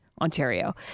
Ontario